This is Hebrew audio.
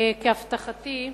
כהבטחתי,